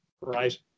right